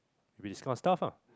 maybe this kind of stuff lah